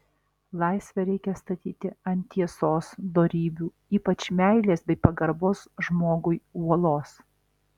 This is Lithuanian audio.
laisvę reikia statyti ant tiesos dorybių ypač meilės bei pagarbos žmogui uolos